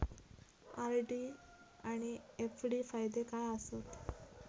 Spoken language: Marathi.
आर.डी आनि एफ.डी फायदे काय आसात?